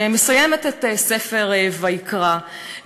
שמסיימת את ספר ויקרא,